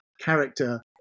character